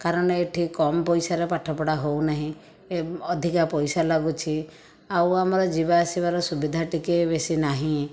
କାରଣ ଏଇଠି କମ ପଇସାରେ ପାଠପଢ଼ା ହେଉନାହିଁ ଅଧିକା ପଇସା ଲାଗୁଛି ଆଉ ଆମର ଯିବାଆସିବାର ସୁବିଧା ଟିକିଏ ବେଶି ନାହିଁ